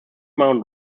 mount